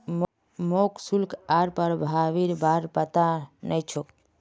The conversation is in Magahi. मोक शुल्क आर प्रभावीर बार पता नइ छोक